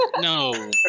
No